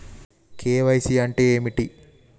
KYC అంటే ఏమిటి?